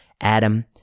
Adam